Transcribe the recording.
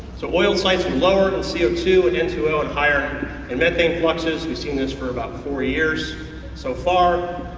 so oiled sites were lower in and c o two and n two o and higher in methane fluxes. we've seen this for about four years so far.